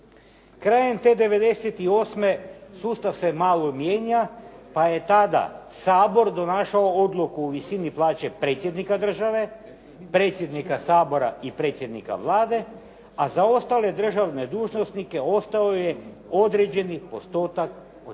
Krajem te '98. sustav se malo mijenja, pa je tada Sabor donašao odluku u visini plaće predsjednika države, predsjednika Sabora i predsjednika Vlade, a za ostale državne dužnosnike ostao je određeni postotak od